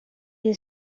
you